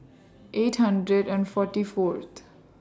eight hundred and forty Fourth